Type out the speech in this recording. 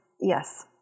yes